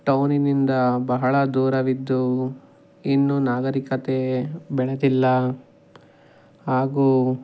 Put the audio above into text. ಟೌನಿನಿಂದ ಬಹಳ ದೂರವಿದ್ದು ಇನ್ನೂ ನಾಗರಿಕತೆ ಬೆಳೆದಿಲ್ಲ ಹಾಗೂ